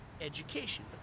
education